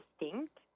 distinct